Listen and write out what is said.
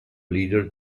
leader